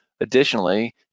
Additionally